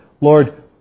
Lord